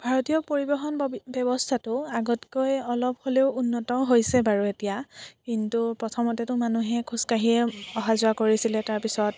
ভাৰতীয় পৰিবহণ বৱ ব্যৱস্থাটো আগতকৈ অলপ হ'লেও উন্নত হৈছে বাৰু এতিয়া কিন্তু প্ৰথমতেতো মানুহে খোজ কাঢ়িয়ে অহা যোৱা কৰিছিলে তাৰপিছত